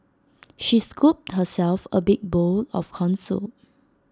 she scooped herself A big bowl of Corn Soup